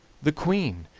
the queen,